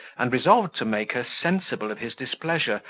and resolved to make her sensible of his displeasure,